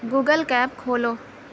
Google کا app کھولو